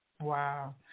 Wow